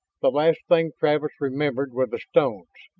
the last thing travis remembered were the stones.